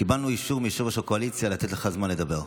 קיבלנו אישור מיושב-ראש הקואליציה לתת לך זמן לדבר.